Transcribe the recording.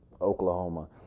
Oklahoma